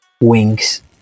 wings